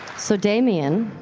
so damian